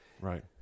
Right